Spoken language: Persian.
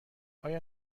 آیا